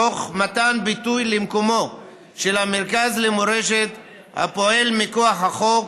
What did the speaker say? תוך מתן ביטוי למקומו של המרכז למורשת הפועל מכוח החוק